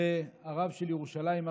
והרב של ירושלים,